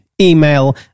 email